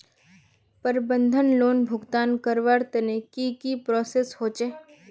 प्रबंधन लोन भुगतान करवार तने की की प्रोसेस होचे?